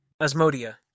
Asmodia